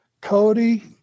Cody